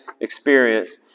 experience